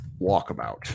walkabout